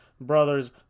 brothers